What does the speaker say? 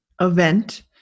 event